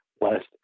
west